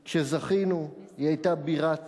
כשזכינו, היא היתה בירת